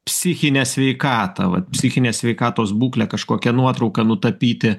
psichinę sveikatą vat psichinės sveikatos būklę kažkokią nuotrauką nutapyti